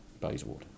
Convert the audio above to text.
Bayswater